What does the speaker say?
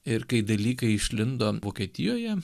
ir kai dalykai išlindo vokietijoje